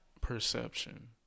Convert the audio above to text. perception